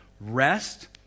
Rest